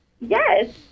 Yes